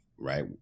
Right